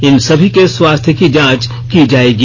इन सभी के स्वास्थ्य की जांच की जाएगी